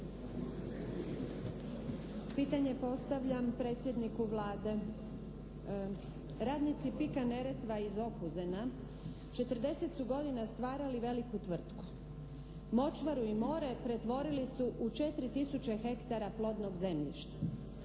Pitanje postavljam predsjedniku Vlade. Radnici PIK-a "Neretva" iz Opuzena 40 su godina stvarali veliku tvrtku. Močvaru i more pretvorili su u 4 tisuće hektara plodnog zemljišta.